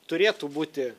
turėtų būti